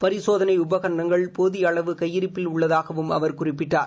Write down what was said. பரிசோதனை உபகரணங்கள் போதிய அளவு கையிருப்பில் உள்ளதாகவும் அவர் குறிப்பிட்டார்